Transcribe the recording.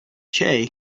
xejn